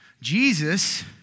Jesus